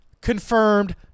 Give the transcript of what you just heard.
Confirmed